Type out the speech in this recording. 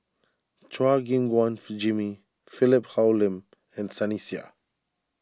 Chua Gim Guan Fi Jimmy Philip Hoalim and Sunny Sia